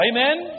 Amen